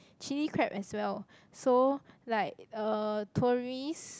chilli crab as well so like uh tourist